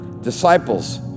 disciples